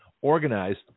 organized